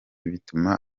bituma